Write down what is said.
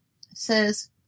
says